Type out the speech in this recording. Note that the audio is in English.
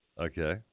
Okay